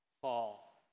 fall